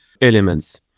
elements